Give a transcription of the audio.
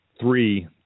three